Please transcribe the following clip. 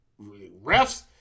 refs